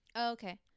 okay